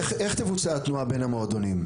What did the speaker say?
איך תבוצע התנועה בין המועדונים?